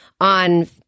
on